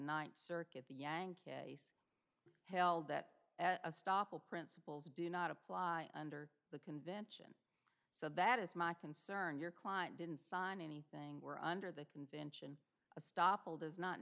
ninth circuit the yankee held that at a stop all principles do not apply under the convention so that is my concern your client didn't sign anything were under the convention a stoppel does not